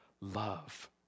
love